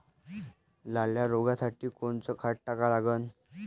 लाल्या रोगासाठी कोनचं खत टाका लागन?